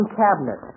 cabinet